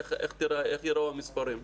איך ייראו המספרים?